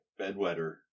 bedwetter